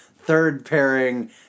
third-pairing